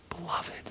beloved